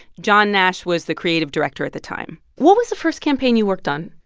john nash was the creative director at the time what was the first campaign you worked on?